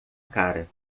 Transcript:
cara